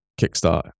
kickstart